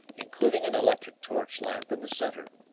including an electric torch lamp in the centre.